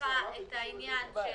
לך את העניין של